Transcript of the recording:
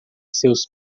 seus